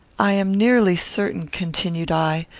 i am nearly certain, continued i,